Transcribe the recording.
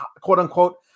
quote-unquote